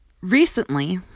Recently